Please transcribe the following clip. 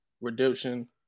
Redemption